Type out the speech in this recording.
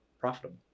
profitable